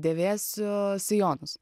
dėvėsiu sijonus